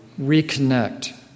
reconnect